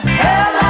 hell